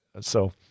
So-